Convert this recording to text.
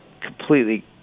completely